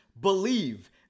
believe